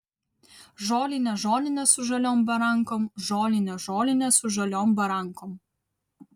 žolinė žolinė su žaliom barankom žolinė žolinė su žaliom barankom